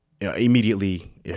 immediately